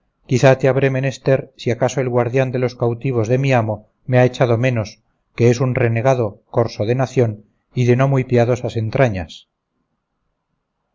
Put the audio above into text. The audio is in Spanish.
quizá te habré menester si acaso el guardián de los cautivos de mi amo me ha echado menos que es un renegado corso de nación y de no muy piadosas entrañas